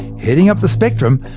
heading up the spectrum,